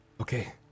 Okay